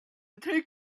take